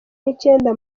n’icyenda